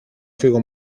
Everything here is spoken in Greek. φύγω